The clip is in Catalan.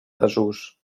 desús